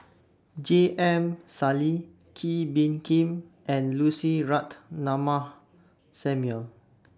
J M Sali Kee Bee Khim and Lucy Ratnammah Samuel